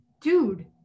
dude